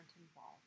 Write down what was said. involved